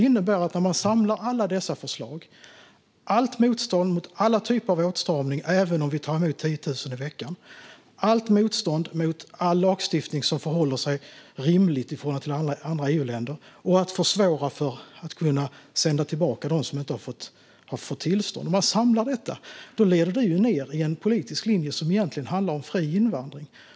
Om man samlar alla dessa förslag - allt motstånd mot alla typer av åtstramning även om vi tar emot 10 000 i veckan, allt motstånd mot all lagstiftning som förhåller sig rimligt i förhållande till andra EU-länder och till att försvåra att sända tillbaka dem som inte har fått tillstånd - ser man att det leder till en politisk linje som egentligen handlar om fri invandring.